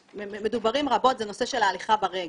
ומדוברים רבות זה הנושא של הליכה ברגל,